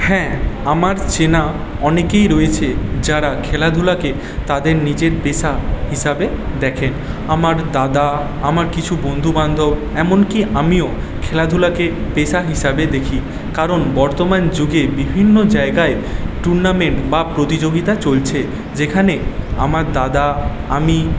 হ্যাঁ আমার চেনা অনেকেই রয়েছে যারা খেলাধুলাকে তাদের নিজের পেশা হিসাবে দেখে আমার দাদা আমার কিছু বন্ধুবান্ধব এমনকি আমিও খেলাধুলাকে পেশা হিসাবে দেখি কারণ বর্তমান যুগে বিভিন্ন জায়গায় টুর্নামেন্ট বা প্রতিযোগিতা চলছে যেখানে আমার দাদা আমি